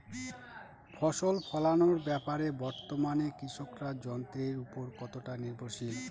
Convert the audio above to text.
ফসল ফলানোর ব্যাপারে বর্তমানে কৃষকরা যন্ত্রের উপর কতটা নির্ভরশীল?